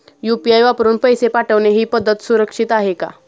UPI वापरून पैसे पाठवणे ही पद्धत सुरक्षित आहे का?